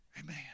amen